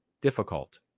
difficult